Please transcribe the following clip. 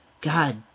God